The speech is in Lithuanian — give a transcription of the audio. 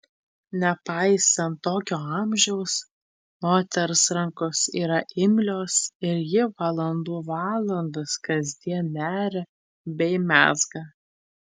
nepaisant tokio amžiaus moters rankos yra imlios ir ji valandų valandas kasdien neria bei mezga